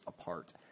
apart